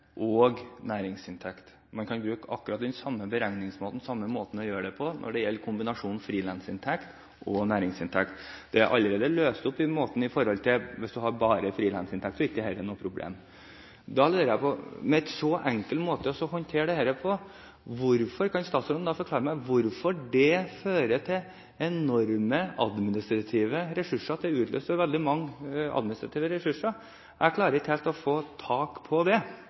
og næringsinntekt. Man kan bruke akkurat den samme beregningsmåten, den samme måten å gjøre det på, når det gjelder kombinasjonen frilansinntekt og næringsinntekt. Det er allerede løst opp i på den måten at hvis du bare har frilansinntekt, så er ikke dette noe problem. Da lurer jeg på: Med en så enkel måte å håndtere dette på, kan statsråden forklare meg hvorfor det utløser så veldig mange administrative ressurser? Jeg klarer ikke helt å få tak på det.